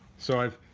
so i've